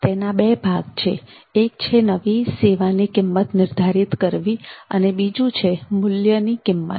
તેના બે ભાગ છે એક છે નવી સેવા ની કિંમત નિર્ધારિત કરવી અને બીજું છે મૂલ્ય ની કિંમત